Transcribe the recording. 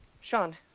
sean